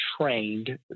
trained